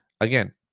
again